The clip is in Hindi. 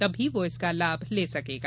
तभी वह इसका लाभ ले सकेगा